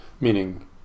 meaning